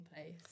place